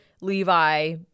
Levi